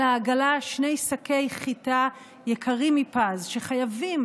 על העגלה שני שקי חיטה יקרים מפז שחייבים